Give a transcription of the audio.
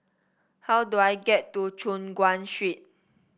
how do I get to Choon Guan Street